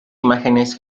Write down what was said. imágenes